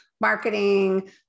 marketing